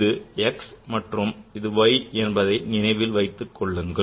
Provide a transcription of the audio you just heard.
இது x மற்றும் இது y அதை நினைவில் வைத்திருக்கவும்